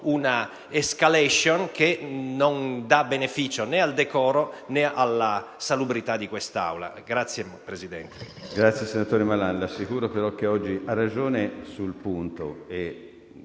un'*escalation* che non dà beneficio, né al decoro né alla salubrità di questa Aula.